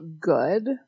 good